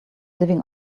living